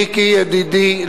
מיקי ידידי,